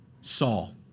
Saul